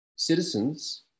citizens